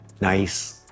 nice